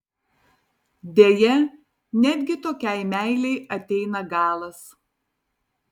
deja netgi tokiai meilei ateina galas